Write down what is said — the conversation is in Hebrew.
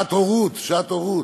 שעת הורות, שעת הורות.